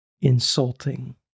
insulting